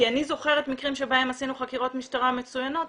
אני זוכרת מקרים בהם עשינו חקירות משטרה מצוינות",